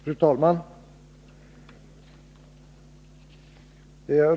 Fru talman!